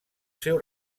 seu